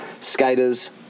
skaters